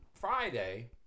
Friday